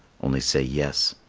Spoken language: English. only say yes,